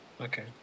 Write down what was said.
Okay